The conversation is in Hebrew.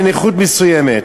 לנכות מסוימת.